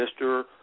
Mr